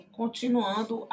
continuando